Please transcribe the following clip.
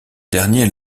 dernier